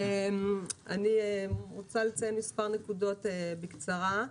אני רוצה לציין מספר נקודות בקצרה.